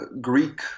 Greek